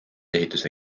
ehituse